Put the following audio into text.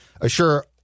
assure